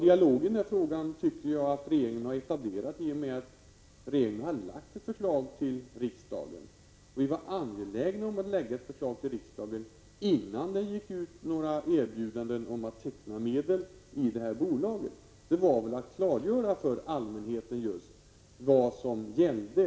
Jag tycker att regeringen har inlett en dialog i och med att regeringen har lagt fram ett förslag till riksdagen. Regeringen var angelägen om att lägga fram sitt förslag, innan det gick ut några erbjudanden på marknaden om möjligheter att gå in med medel i bolaget. Vi ville med detta klargöra för allmänheten vad som gällde.